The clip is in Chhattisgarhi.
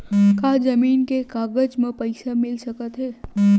का जमीन के कागज म पईसा मिल सकत हे?